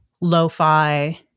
lo-fi